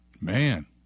Man